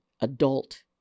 adult